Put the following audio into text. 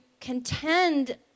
contend